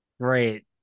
Great